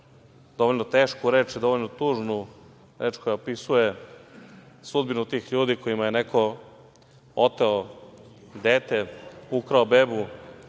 dovoljno tešku reč, dovoljno tužnu reč koja opisuje sudbinu tih ljudi kojima je neko oteo dete, ukrao bebu